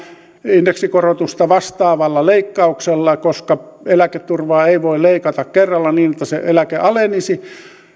indeksikorotusta vastaavalla leikkauksella koska eläketurvaa ei voi leikata kerralla niin että se eläke alenisi